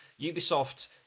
Ubisoft